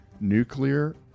nuclear